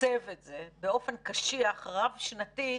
לתקצב את זה באופן קשיח, רב-שנתי,